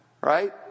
Right